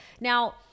Now